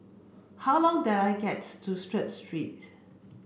how long the I gets to Strength Street